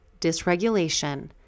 dysregulation